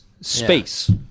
space